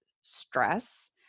stress